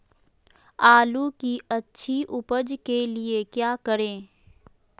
आलू की अच्छी उपज के लिए क्या करें?